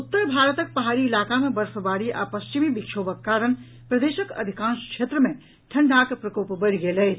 उत्तर भारतक पहाड़ी इलाका मे बर्फबारी आ पश्चिमी विक्षोभक कारण प्रदेशक अधिकांश क्षेत्र मे ठंढ़ाक प्रकोप बढ़ि गेल अछि